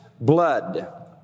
blood